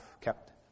kept